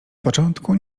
początku